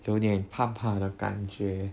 有点怕怕的感觉